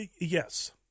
Yes